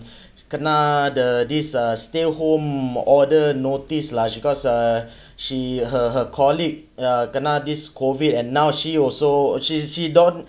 kena the this uh stay home order notice lah because uh she her her colleague ya kena this COVID and now she also she~ she don't